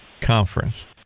conference